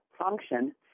function